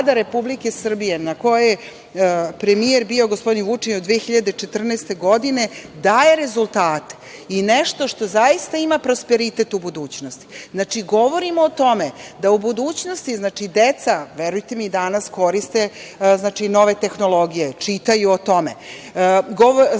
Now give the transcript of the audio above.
Republike Srbije, kojoj je premijer bio gospodin Vučić od 2014. godine, daje rezultate i nešto što zaista ima prosperitet u budućnosti. Znači, govorimo o tome da u budućnosti deca, verujte mi, danas koriste nove tehnologije, čitaju o tome,